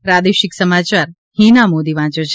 પ્રાદેશિક સમાચાર ફિના મોદી વાંચે છે